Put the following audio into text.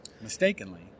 Mistakenly